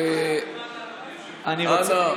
אנא.